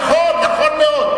נכון מאוד.